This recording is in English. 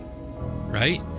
Right